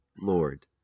Lord